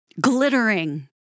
glittering